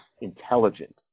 intelligent